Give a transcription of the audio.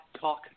Talk